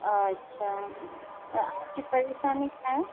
अच्छा आपकी परेशानी क्या है